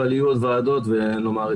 אבל יהיו עוד ועדות ונאמר את זה.